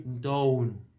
down